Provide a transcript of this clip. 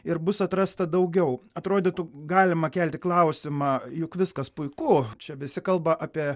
ir bus atrasta daugiau atrodytų galima kelti klausimą juk viskas puiku čia visi kalba apie